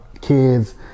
kids